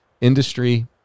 industry